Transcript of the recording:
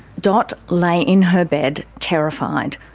dot lay in her bed, terrified.